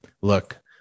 look